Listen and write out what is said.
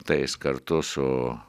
tai jis kartu su